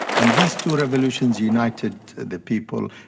and these two revolutions united the people.